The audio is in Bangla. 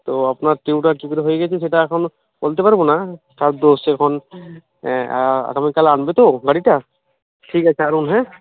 তো আপনার টিবউটা কি করে হয়ে গেছে সেটা এখন বলতে পারবো না কার দোষ এখন আ আগামীকাল আনবে তো গাড়িটা ঠিক আছে আনুন হ্যাঁ